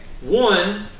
One